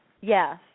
Yes